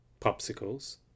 popsicles